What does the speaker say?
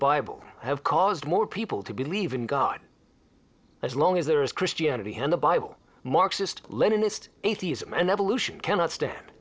bible have caused more people to believe in god as long as there is christianity in the bible marxist leninist atheism and evolution cannot stand